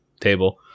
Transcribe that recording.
table